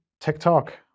TikTok